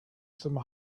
some